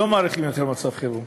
לא מאריכים יותר את מצב החירום.